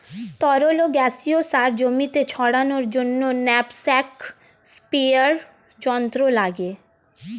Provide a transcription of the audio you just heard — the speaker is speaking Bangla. তরল ও গ্যাসীয় সার জমিতে ছড়ানোর জন্য ন্যাপস্যাক স্প্রেয়ার যন্ত্র লাগে